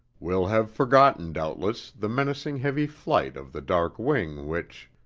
will have forgotten doubtless the menacing heavy flight of the dark wing which,